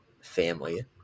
family